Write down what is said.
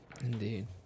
Indeed